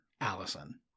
Allison